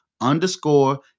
underscore